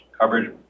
coverage